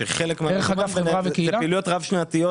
שחלק מהן פעילויות רב-שנתיות.